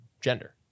gender